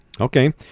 Okay